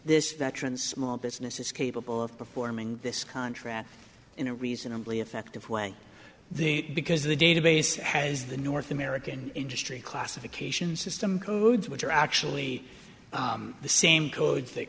this veterans small business is capable of performing this contract in a reasonably effective way the because the database has the north american industry classification system codes which are actually the same code t